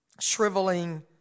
shriveling